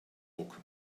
book